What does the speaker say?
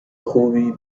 خوبی